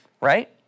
right